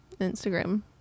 Instagram